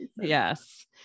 yes